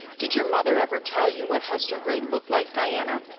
did your mother ever tell you what hester gray looked like, diana?